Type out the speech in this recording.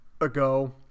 ago